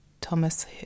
Thomas